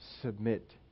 submit